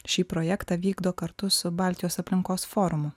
šį projektą vykdo kartu su baltijos aplinkos forumu